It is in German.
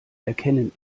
erkennen